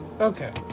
Okay